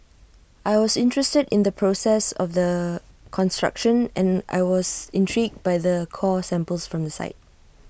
I was interested in the process of the construction and I was intrigued by the core samples from the site